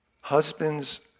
Husbands